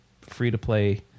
free-to-play